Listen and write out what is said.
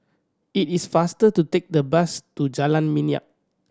it is faster to take the bus to Jalan Minyak